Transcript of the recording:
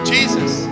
Jesus